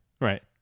Right